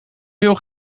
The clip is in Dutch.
veel